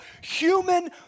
human